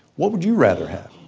what would you rather have?